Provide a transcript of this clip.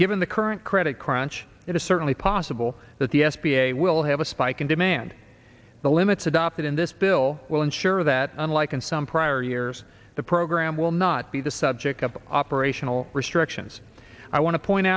given the current credit crunch it is certainly possible that the s b a will have a spike in demand the limits adopted in this bill will ensure that unlike in some prior years the program will not be the subject of operational restrictions i want to point